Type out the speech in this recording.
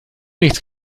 nichts